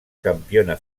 campiona